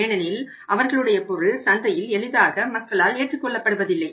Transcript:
ஏனெனில் அவர்களுடைய பொருள் சந்தையில் எளிதாக மக்களால் ஏற்றுக் கொள்ளப்படுவதில்லை